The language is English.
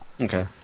Okay